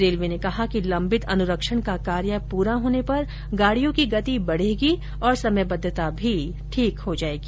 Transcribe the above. railway ने कहा कि लंबित अनुरक्षण का कार्य पूरा होने पर गाड़ियों की गति बढ़ेगी और समयबद्वता भी ठीक हो जाएगी